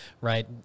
right